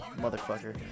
motherfucker